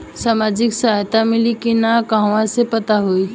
सामाजिक सहायता मिली कि ना कहवा से पता होयी?